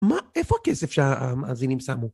מה, איפה הכסף שהמאזינים שמו?